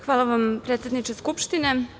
Hvala vam, predsedniče Skupštine.